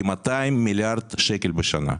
כ-200 מליארדי שקלים בשנה.